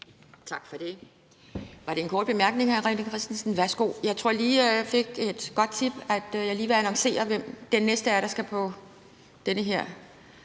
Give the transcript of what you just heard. Tak for det. Var det en kort bemærkning, hr. René Christensen? Ja, værsgo. Jeg fik et godt tip, så jeg lige vil annoncere, hvem den næste er, der skal på talerstolen,